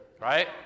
Right